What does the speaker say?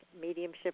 mediumship